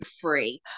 free